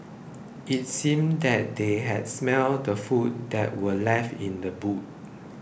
it seemed that they had smelt the food that were left in the boot